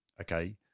okay